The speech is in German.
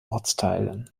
ortsteilen